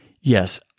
Yes